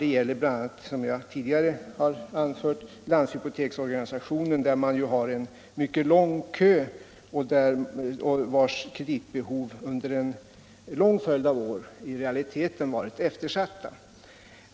Det gäller bl.a., som jag tidigare har anfört, hypoteksinstitutionen där man har en mycket lång kö och vars kreditbehov under en lång följd av år i realiteten varit eftersatta.